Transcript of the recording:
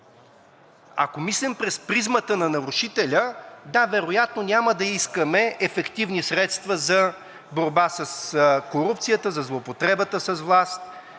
Ако мислим през призмата на нарушителя – да, вероятно няма да искаме ефективни средства за борба с корупцията, за злоупотребата с власт,